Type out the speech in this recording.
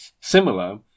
Similar